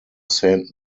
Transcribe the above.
saint